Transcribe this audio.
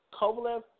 Kovalev